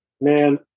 man